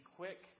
quick